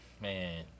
man